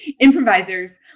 improvisers